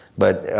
but,